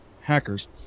hackers